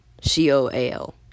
C-O-A-L